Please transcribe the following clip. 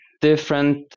different